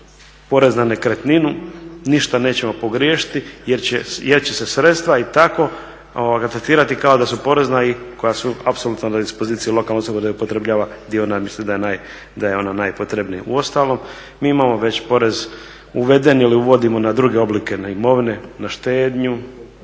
porez na nekretninu ništa nećemo pogriješiti jer će se sredstva i tako tretirati kao da su porezna i koja su apsolutno iz pozicije lokalna …/Govornik se ne razumije./… da ju upotrjebljava gdje ona mislim da je ona najpotrebnija. Uostalom mi imamo već porez uveden ili uvodimo na druge oblike na imovine, na štednju,